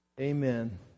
Amen